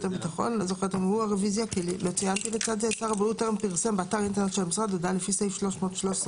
"שר הבריאות טרם פרסם באתר האינטרנט של המשרד הודעה לפי סעיף א313(ה)